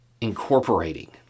incorporating